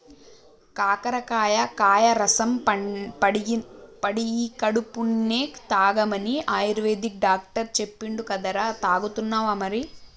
కాకరకాయ కాయ రసం పడిగడుపున్నె తాగమని ఆయుర్వేదిక్ డాక్టర్ చెప్పిండు కదరా, తాగుతున్నావా మరి